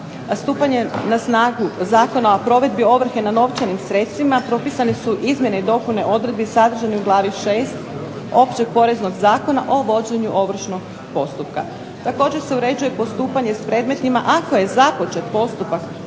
stupanje na snagu Zakona o provedbi ovrhe na novčanim sredstvima propisane su izmjene i dopune odredbi sadržane u glavi 6. Općeg poreznog zakona o vođenju ovršnog postupka. Također se uređuje postupanje s predmetima ako je započet postupak